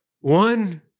one